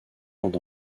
sont